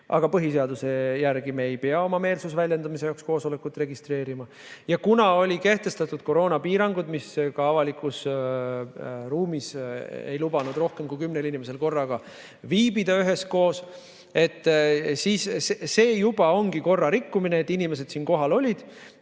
aga põhiseaduse järgi me ei pea oma meelsuse väljendamiseks koosolekut registreerima – ja olid kehtestatud koroonapiirangud, mis avalikus ruumis ei lubanud rohkem kui kümnel inimesel korraga üheskoos viibida, siis see juba oligi korrarikkumine, et inimesed siin kohal olid,